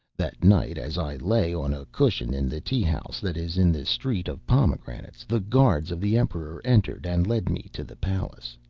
that night, as i lay on a cushion in the tea-house that is in the street of pomegranates, the guards of the emperor entered and led me to the palace.